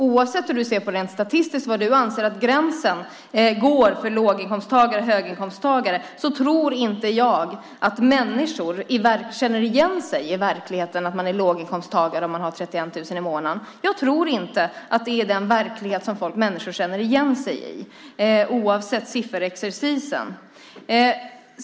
Oavsett hur du ser på det rent statistiskt och var du anser att gränsen går för låg och höginkomsttagare så tror inte jag att människor känner igen sig i verkligheten att man är låginkomsttagare om man har 31 000 i månaden. Jag tror inte att det är den verklighet som människor känner igen sig i, oavsett sifferexercisen.